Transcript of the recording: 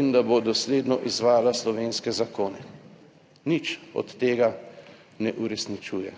in da bo dosledno izvajala slovenske zakone. Nič od tega ne uresničuje.